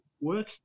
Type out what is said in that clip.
work